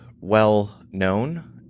well-known